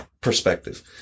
perspective